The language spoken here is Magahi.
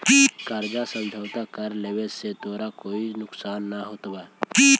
कर्जा समझौता कर लेवे से तोरा कोई नुकसान न होतवऽ